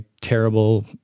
terrible